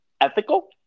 ethical